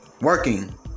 Working